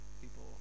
people